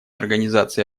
организации